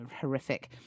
horrific